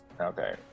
Okay